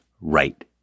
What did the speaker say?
right